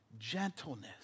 gentleness